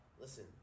Listen